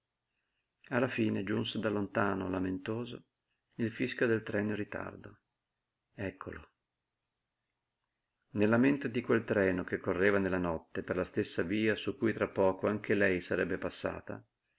alla fine giunse da lontano lamentoso il fischio del treno in ritardo eccolo nel lamento di quel treno che correva nella notte per la stessa via su cui tra poco anche lei sarebbe passata